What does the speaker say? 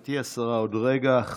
גברתי השרה, עוד רגע.